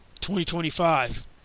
2025